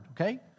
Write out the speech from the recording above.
okay